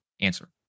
answer